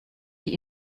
die